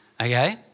okay